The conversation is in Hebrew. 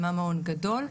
מה מעון גדול.